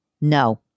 No